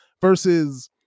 versus